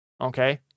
Okay